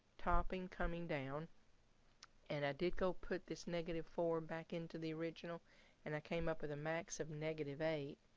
topping, coming down and i did go put this negative four back into the original and i came up with a max of negative eight.